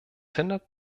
hindert